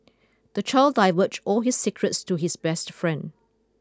the child divulged all his secrets to his best friend